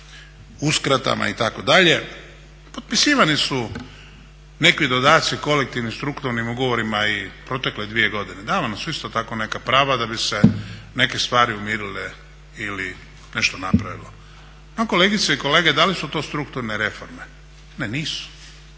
uskratama itd. potpisivani su nekakvi dodaci kolektivnim strukturnim ugovorima i protekle dvije godine, davana su ista tako neka prava da bi se neke stvari umirile ili nešto napravilo. No, kolegice i kolege da li su to strukturne reforme? Ne, nisu,